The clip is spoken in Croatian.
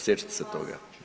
Sjećate se toga?